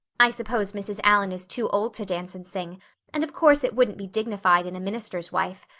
i suppose mrs. allan is too old to dance and sing and of course it wouldn't be dignified in a minister's wife.